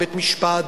בית-משפט,